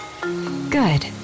Good